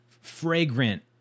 fragrant